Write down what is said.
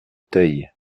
teil